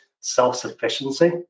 self-sufficiency